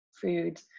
food